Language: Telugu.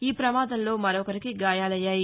ఈ ప్రమాదంలో మరొకరికి గాయాలయ్యాయి